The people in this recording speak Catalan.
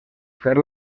fer